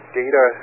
data